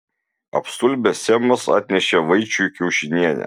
apstulbęs semas atnešė vaičiui kiaušinienę